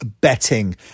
betting